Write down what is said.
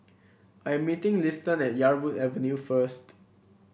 I am meeting Liston at Yarwood Avenue first